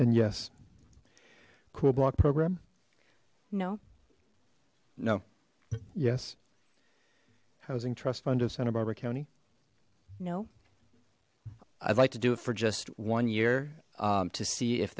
and yes cool block program no no yes housing trust fund of santa barbara county no i'd like to do it for just one year to see if